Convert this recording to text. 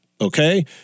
Okay